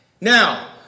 Now